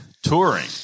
Touring